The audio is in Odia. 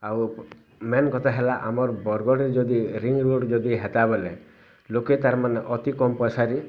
ଆଉ ମେନ୍ କଥା ହେଲା ଆମର୍ ବରଗଡ଼ରେ ଯଦି ରୋଡ଼ ଯଦି ହେତା ବୋଲେ ଲୋକେ ତାର ମାନେ ଅତି କମ୍ ପଇସାରେ